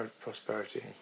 prosperity